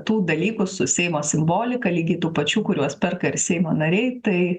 tų dalykų su seimo simbolika lygiai tų pačių kuriuos perka ir seimo nariai tai